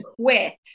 quit